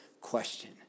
question